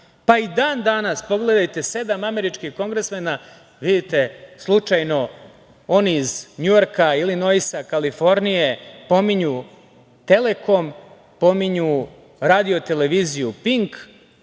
I dan danas, pogledajte, sedam američkih kongresmena, vidite, slučajno, oni iz Njujorka, Ilinoisa, Kalifornije, pominju „Telekom“, pominju RTV „Pink“